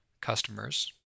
Customers